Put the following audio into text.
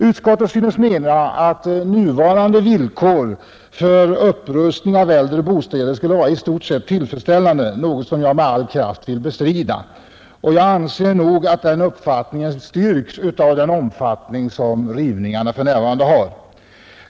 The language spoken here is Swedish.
Utskottet synes mena att nuvarande villkor för upprustning av äldre bostäder är i stort sett tillfredsställande, något som jag med all kraft vill bestrida. Denna min uppfattning anser jag också bestyrkas av den omfattning som rivningarna för närvarande har.